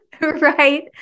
Right